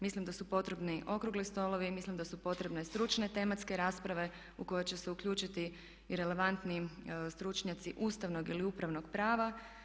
Mislim da su potrebni okrugli stolovi i mislim da su potrebne stručne tematske rasprave u koje će se uključiti i relevantni stručnjaci ustavnog ili upravnog prava.